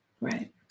Right